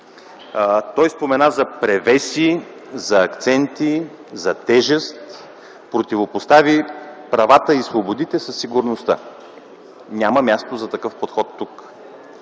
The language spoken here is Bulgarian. Той спомена за превеси, за акценти, за тежест, противопостави правата и свободите със сигурността. Няма място за такъв подход тук.